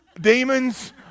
demons